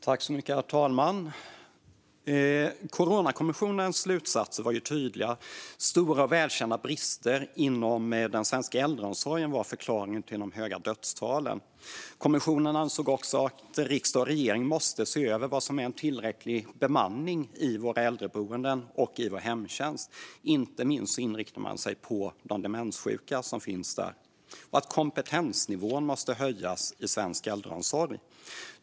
Fru talman! Coronakommissionens slutsatser var tydliga. Stora, välkända brister inom den svenska äldreomsorgen var förklaringen till de höga dödstalen. Kommissionen ansåg också att riksdag och regering måste se över vad som är tillräcklig bemanning på våra äldreboenden och i vår hemtjänst. Man inriktade sig inte minst på de demenssjuka som finns där. Dessutom måste kompetensnivån höjas i svensk äldreomsorg.